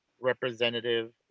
representative